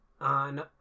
on